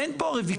אין פה,